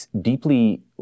deeply